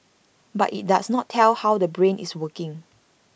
but IT does not tell how the brain is working